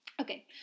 Okay